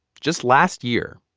just last year,